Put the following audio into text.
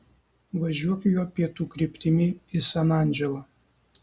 važiuok juo pietų kryptimi į san andželą